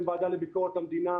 אתם הוועדה לביקורת המדינה,